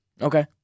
Okay